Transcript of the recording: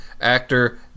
actor